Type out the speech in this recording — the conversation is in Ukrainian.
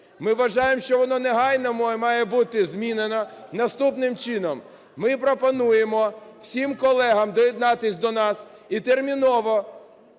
Ми вважаємо, що воно негайно має бути змінено наступним чином. Ми пропонуємо всім колегам доєднатися до нас і терміново